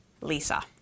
Lisa